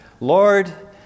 Lord